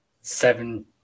seven